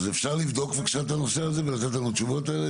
אז אפשר לבדוק את הנושא הזה ולתת לנו תשובות,